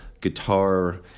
guitar